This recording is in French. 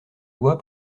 loi